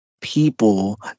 people